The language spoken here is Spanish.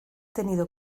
tenido